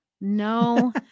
No